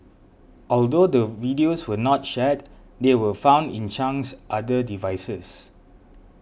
although the videos were not shared they were found in Chang's other devices